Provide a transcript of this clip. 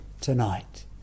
tonight